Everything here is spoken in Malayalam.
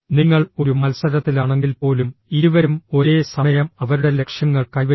നിങ്ങൾ ഒരു മത്സരത്തിലാണെങ്കിൽപ്പോലും ഇരുവരും ഒരേ സമയം അവരുടെ ലക്ഷ്യങ്ങൾ കൈവരിക്കും